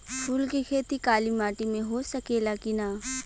फूल के खेती काली माटी में हो सकेला की ना?